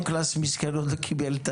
וה-Low class, מסכן, עוד לא קיבל.